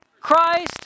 Christ